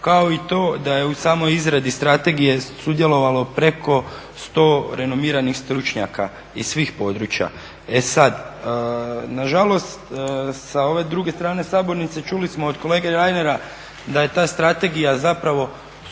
kao i to da je u samoj izradi strategije sudjelovalo preko 100 renomiranih stručnjaka iz svih područja. E sad, nažalost sa ove druge strane sabornice čuli smo od kolege Reinera da je ta strategija zapravo skup